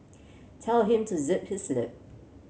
tell him to zip his lip